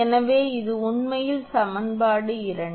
எனவே இது உண்மையில் சமன்பாடு 2